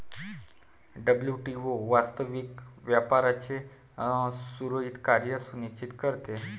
WTO वास्तविक व्यापाराचे सुरळीत कार्य सुनिश्चित करते